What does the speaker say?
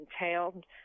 entailed